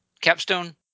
capstone